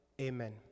Amen